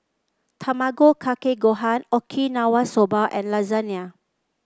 Tamago Kake Gohan Okinawa Soba and Lasagna